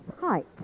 height